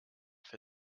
for